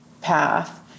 path